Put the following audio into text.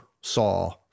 saw